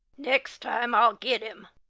next time i'll get him!